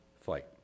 fight